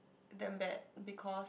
damn bad because